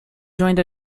joined